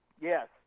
Yes